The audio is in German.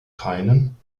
keinen